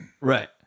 right